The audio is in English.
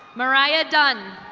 mariah dunn.